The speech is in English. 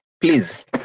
please